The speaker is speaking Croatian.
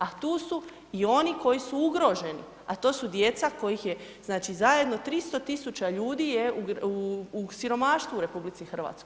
A tu su i oni koji su ugroženi, a to su djeca kojih je znači zajedno 300.000 ljudi je u siromaštvu u RH.